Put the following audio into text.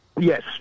Yes